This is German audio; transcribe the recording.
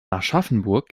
aschaffenburg